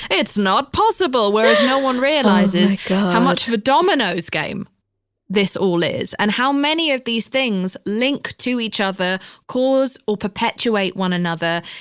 it's not possible, whereas no one realizes how much of a dominoes game this all is and how many of these things link to each other, cause or perpetuate one another.